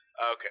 Okay